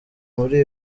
muri